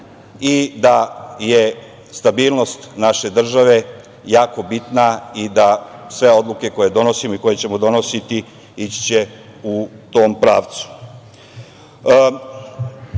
i da je stabilnost naše države jako bitna i da sve odluke koje donosimo i koje ćemo donositi ići će u tom pravcu.U